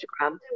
Instagram